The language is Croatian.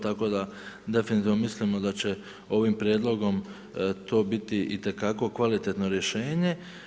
Tako da definitivno mislimo da će ovim prijedlogom to biti itekako kvalitetno rješenje.